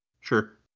Sure